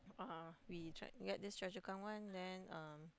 uh we tried get this Chua-Chu-Kang one then um